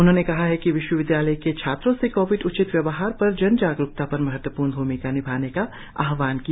उन्होंने कहा है कि विश्वविद्यालय के छात्रों से कोविड उचित व्यवहार पर जनजागरुकता पर महत्वपूर्ण भूमिका निभाने का आहवान किया